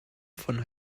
von